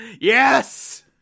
Yes